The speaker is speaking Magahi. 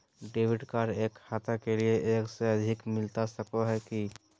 डेबिट कार्ड एक खाता के लिए एक से अधिक मिलता सको है की?